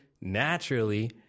naturally